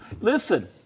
Listen